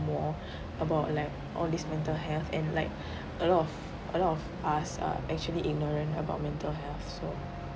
more about like all this mental health and like a lot of a lot of us are actually ignorant about mental health so